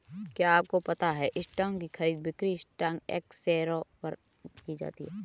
क्या आपको पता है स्टॉक की खरीद और बिक्री स्टॉक एक्सचेंजों पर की जाती है?